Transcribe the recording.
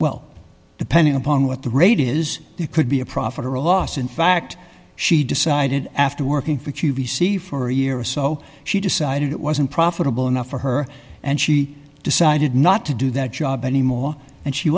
well depending upon what the rate is it could be a profit or a loss in fact she decided after working for q b c for a year or so she decided it wasn't profitable enough for her and she decided not to do that job anymore and she